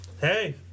Hey